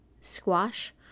squash